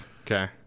Okay